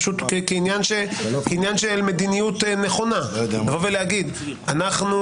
פשוט כעניין של מדיניות נכונה אנחנו פה